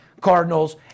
Cardinals